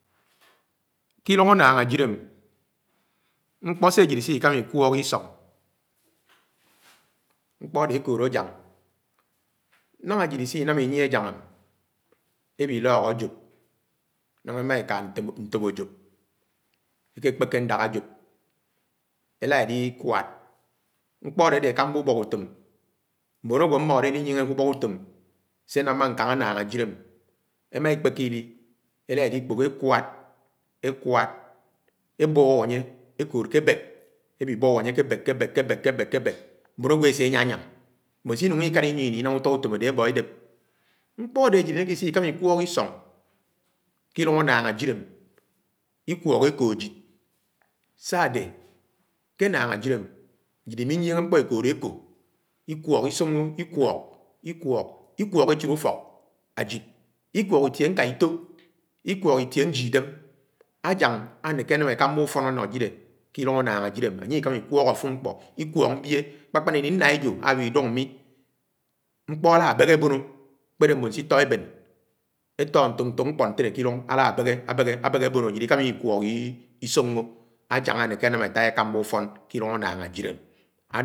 Ini-ilúng ánnáng ájid em ñkpo sé ájid ise kámá ikwók isóng ñkpó àdé ekood anyañ náñga ájid ise inám inyie àñyañ ewilok ajop nañgá emá eka ñtóp ajop eké kpéké ñdak ajop elá elikwàd, ñkpó adé, ekàmá ùbọk ùtọ́m, mbán ágwo mmódé eling ùngéké ùbọk ùtóm sé nám ñkóng ánnáng ájid m emá èkpékí èli elá elikpok èkwád, èkwád, ebób ányé ekood ke àbèk ewibob ánye ke àbèk, ke abék, ké abék, mbón àgwo ese eñyám ányám mbón si ji nuñgo ókèala inyie ini inọm úfo ùfóm ade ebó édép. Ñkpọ́ ádé ájid inéké si-ikámá ikwók isóng ké ilúng ánnáng ájid em Sá-adé ke ánnáng ájid, ájid imiényieñge ñkpó ekoodé ekó ikwók isóngó ikwók, ikwók echid ùfọk ájid, kwọk itie ñká ịtọ, ike itie ñyieidém. Anyañ anéké anám ékámá ùfón áno jile ke iluñg ánnáng while ánye Ikámá ikwók afúlo ñkpo, ikwók mbie kpákpán ini ñna ejo awihi idúk mi ñkpo àlà abehé aninó akpédé mbón siri èbén, etọ ntok-ntok ñtele ki-ilúng alábehe, abéhé, abéhé bónó ájid ikámá ịkwọ isóngo, anyañ anéké anám ata ékámá ùfón ke annáng ájid.